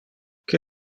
que